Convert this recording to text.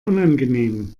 unangenehm